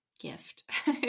Gift